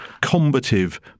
combative